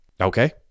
Okay